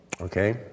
Okay